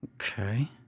Okay